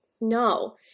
No